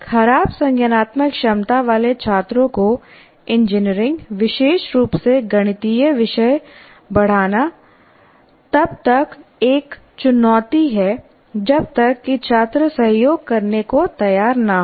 खराब संज्ञानात्मक क्षमता वाले छात्रों को इंजीनियरिंग विशेष रूप से गणितीय विषय पढ़ाना तब तक एक चुनौती है जब तक कि छात्र सहयोग करने को तैयार न हों